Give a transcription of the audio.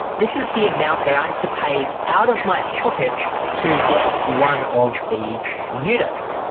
this is the amount that i have to pay out of my pocket to get one of these units.